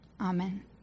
Amen